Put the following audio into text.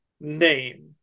name